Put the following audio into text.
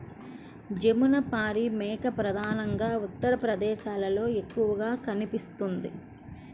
జమునపారి మేక ప్రధానంగా ఉత్తరప్రదేశ్లో ఎక్కువగా కనిపిస్తుంది